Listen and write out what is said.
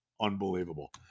Unbelievable